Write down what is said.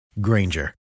Granger